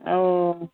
ଆଉ